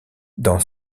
dans